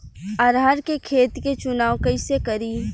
अरहर के खेत के चुनाव कईसे करी?